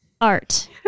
Art